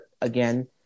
again